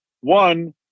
One